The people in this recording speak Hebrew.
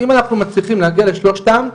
אם אנחנו מצליחים להגיע לשלושתם,